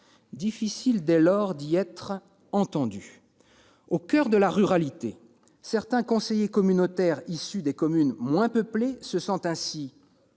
difficile, dès lors, d'y être entendues ! Au coeur de la ruralité, certains conseillers communautaires issus des communes moins peuplées se sentent ainsi